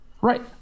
Right